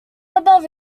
above